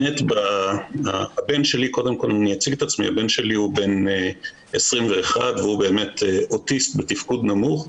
הבן שלי הוא בן 21 והוא אוטיסט בתפקוד נמוך.